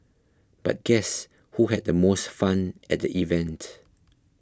but guess who had the most fun at the event